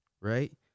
right